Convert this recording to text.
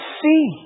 see